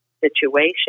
situation